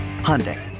Hyundai